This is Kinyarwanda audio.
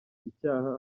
icyaha